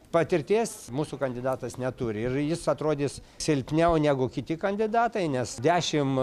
patirties mūsų kandidatas neturi ir jis atrodys silpniau negu kiti kandidatai nes dešim